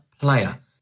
player